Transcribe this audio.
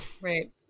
Right